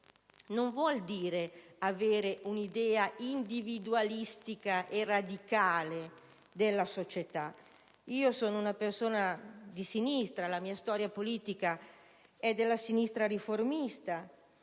non vuol dire avere un'idea individualistica e radicale della società. Sono una persona di sinistra, la mia storia politica è quella della sinistra riformista,